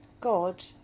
God